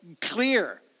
clear